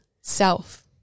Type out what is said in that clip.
self